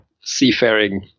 seafaring